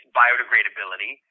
biodegradability